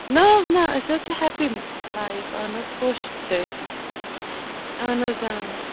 نہَ حظ نہَ أسۍ حظ چھِ ہیپی لایِف اَہَن حظ خۄش چھِ أسۍ اَہَن حظ آ